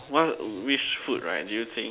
what which food right do you think